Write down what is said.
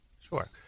Sure